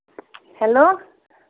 hello